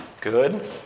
Good